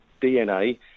DNA